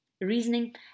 reasoning